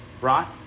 Right